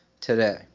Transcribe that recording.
today